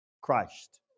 Christ